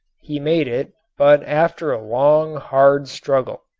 he made it, but after a long, hard struggle.